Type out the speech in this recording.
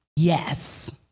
Yes